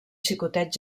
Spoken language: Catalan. xicotet